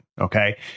Okay